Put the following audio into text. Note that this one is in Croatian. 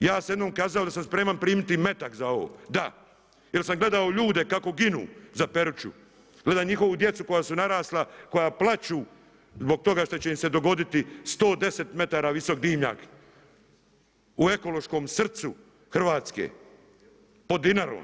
Ja sam jednom kazao da sam spreman primiti i metak za ovo, da, jer sam gledao ljude kako ginu za Peruću, gledam njihovu djecu koja su narasla, koja plaću zbog toga što će im se dogoditi 110 metara visok dimnjak u ekološkom srcu Hrvatske pod Dinarom,